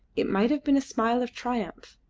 it might have been a smile of triumph,